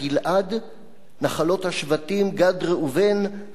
נחלות השבטים גד, ראובן וחצי שבט המנשה,